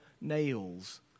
nails